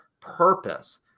purpose